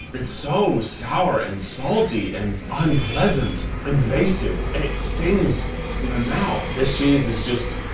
it's so sour, and salty, and unpleasant. invasive, it stings my mouth. this cheese is just,